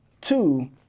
Two